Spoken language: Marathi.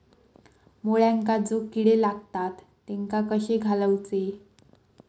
मुळ्यांका जो किडे लागतात तेनका कशे घालवचे?